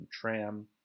tram